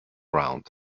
round